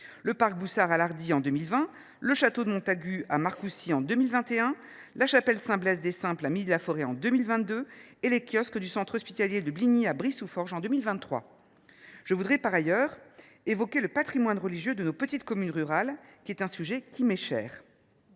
le parc Boussard à Lardy en 2020, le château de Montagu à Marcoussis en 2021, la chapelle Saint Blaise des Simples à Milly la Forêt en 2022 et les kiosques du centre hospitalier de Bligny à Briis sous Forges en 2023. Je souhaite par ailleurs évoquer le patrimoine religieux de nos petites communes rurales, un sujet qui m’est cher.